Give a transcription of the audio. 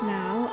now